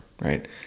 right